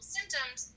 Symptoms